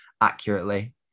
accurately